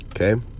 okay